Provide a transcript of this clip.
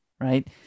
right